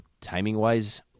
timing-wise